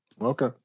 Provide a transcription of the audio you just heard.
Okay